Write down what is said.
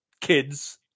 kids